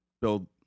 build